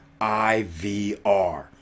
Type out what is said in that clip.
IVR